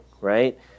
right